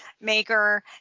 maker